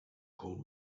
call